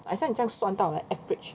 好像你这样算到来 average